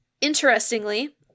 Interestingly